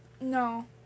No